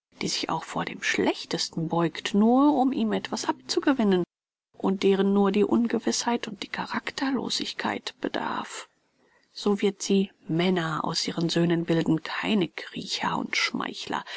die sich auch vor dem schlechtesten beugt nur um ihm etwas abzugewinnen und deren nur die unwissenheit und die charakterlosigkeit bedarf so wird sie männer aus ihren söhnen bilden keine kriecher und schmeichler